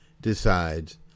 decides